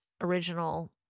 original